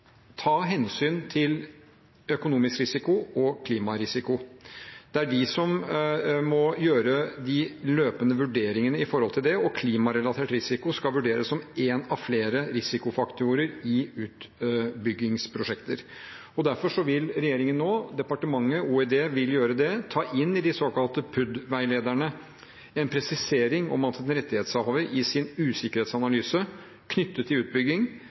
må gjøre de løpende vurderingene av det, og klimarelatert risiko skal vurderes som en av flere risikofaktorer i utbyggingsprosjekter. Derfor vil regjeringen, ved Olje- og energidepartementet, nå ta inn i de såkalte PUD-veilederne en presisering om at en rettighetshaver i sin usikkerhetsanalyse knyttet til utbygging